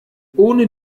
ohne